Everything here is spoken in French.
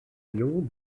lion